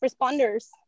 responders